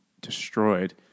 destroyed